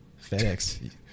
FedEx